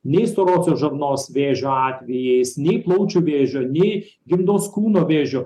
nei storosios žarnos vėžio atvejais nei plaučių vėžio nei gimdos kūno vėžio